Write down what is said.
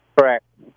Correct